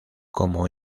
como